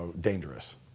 dangerous